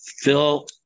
Phil